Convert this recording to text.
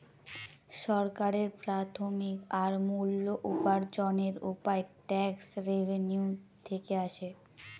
সরকারের প্রাথমিক আর মূল উপার্জনের উপায় ট্যাক্স রেভেনিউ থেকে আসে